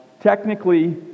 technically